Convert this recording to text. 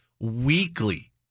weekly